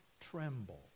tremble